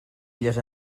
elles